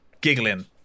giggling